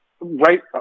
right